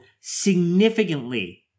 significantly